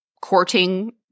courting